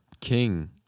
king